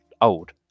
old